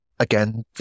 Again